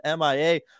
mia